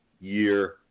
year